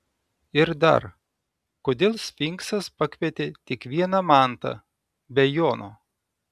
ir dar kodėl sfinksas pakvietė tik vieną mantą be jono